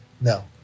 no